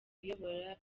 uyobora